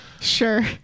sure